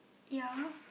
ya